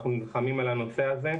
אנחנו נלחמים על הנושא הזה.